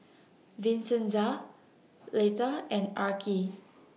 Vincenza Leitha and Arkie